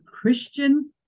Christian